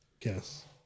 Yes